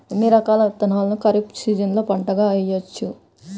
ఎన్ని రకాల విత్తనాలను ఖరీఫ్ సీజన్లో పంటగా వేయచ్చు?